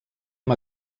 amb